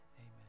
amen